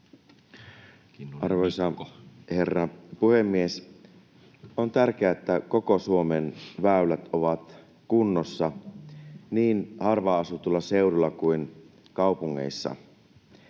Arvoisa herra puhemies! On tärkeää, että koko Suomen väylät ovat kunnossa niin harvaan asutuilla seuduilla kuin kaupungeissa.